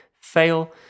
fail